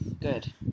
good